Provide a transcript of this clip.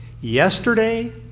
yesterday